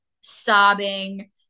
sobbing